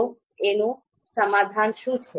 તો આનું સમાધાન શું છે